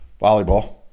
Volleyball